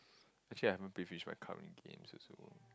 actually I haven't play finish my current games also